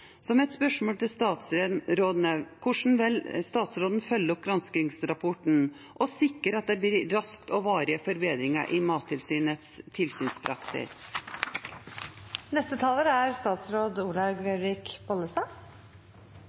Så mitt spørsmål til statsråden er: Hvordan vil hun følge opp granskingsrapporten og sikre at det raskt blir varige forbedringer i Mattilsynets